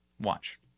Watch